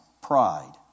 pride